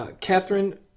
Catherine